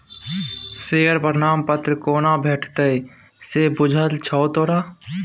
Share प्रमाण पत्र कोना भेटितौ से बुझल छौ तोरा?